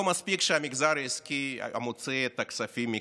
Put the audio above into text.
לא מספיק שהמגזר העסקי מוציא את הכספים מכאן,